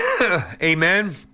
amen